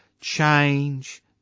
change